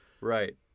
Right